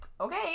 okay